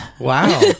Wow